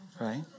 right